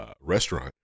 restaurant